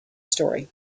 story